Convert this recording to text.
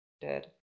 dead